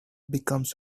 becomes